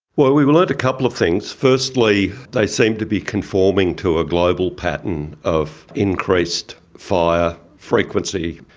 well, we've learnt a couple of things. firstly they seem to be conforming to a global pattern of increased fire frequency.